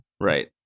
Right